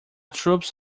troops